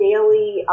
daily